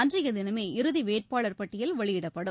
அன்றைய தினமே இறுதி வேட்பாளர் பட்டியல் வெளியிடப்படும்